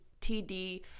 TD